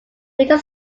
middle